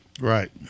Right